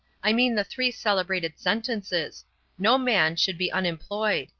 i mean the three celebrated sentences no man should be unemployed.